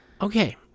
Okay